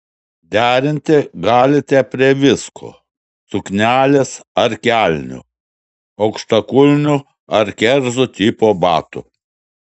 derinti galite prie visko suknelės ar kelnių aukštakulnių ar kerzų tipo batų